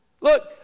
Look